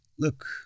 Look